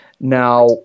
Now